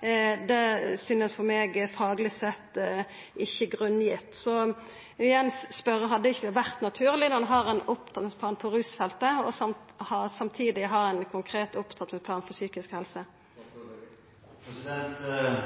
andre synest for meg fagleg sett ikkje grunngitt. Så eg vil igjen spørja: Hadde det ikkje vore naturleg når ein har ein opptrappingsplan på rusfeltet, samtidig å ha ein konkret opptrappingsplan for psykisk helse?